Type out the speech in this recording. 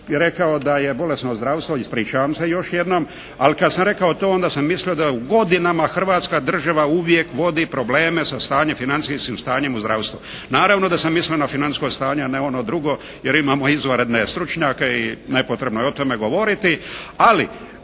rekao da je bolesno zdravstvo. Ispričavam se još jednom. Ali kad sam rekao to onda sam mislio da u godinama Hrvatska država uvijek vodi probleme sa stanjem, financijskim stanjem u zdravstvu. Naravno da sam mislio na financijsko stanje, a ne ono drugo jer imamo izvanredne stručnjake i nepotrebno je o tome govoriti. Ali